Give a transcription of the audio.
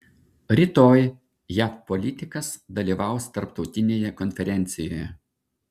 rytoj jav politikas dalyvaus tarptautinėje konferencijoje